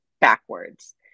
backwards